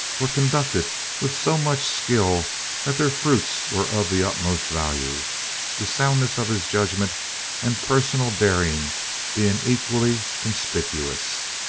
were conducted with so much skill that their fruits were of the utmost value the soundness of his judgment and personal daring being equally conspicuous.